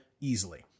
easily